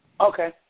Okay